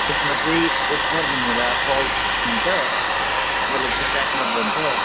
यसमा चाहिँ ओखर भन्ने एउटा फल हुन्छ जसलाई चाहिँ क्र्याकनट भन्छ